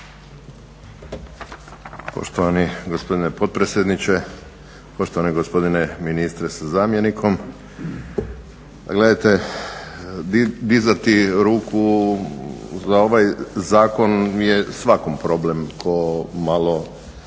Poštovani gospodine potpredsjedniče, poštovani gospodine ministre sa zamjenikom. Gledajte, dizati ruku za ovaj zakon je svakom problem tko malo